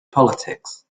politics